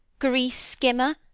grease-skimmer,